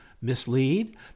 mislead